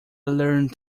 learned